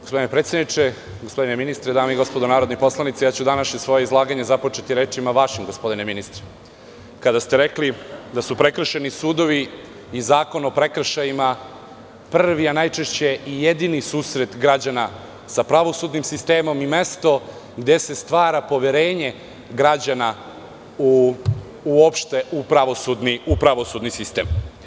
Gospodine predsedniče, gospodine ministre, dame i gospodo narodni poslanici, ja ću svoje današnje izlaganje započeti vašim rečima, gospodine ministre, kada ste rekli da su prekršajni sudovi i Zakon o prekršajima prvi a najčešće i jedini susret građana sa pravosudnim sistemom i mesto gde se stvara poverenje građana uopšte u pravosudni sistem.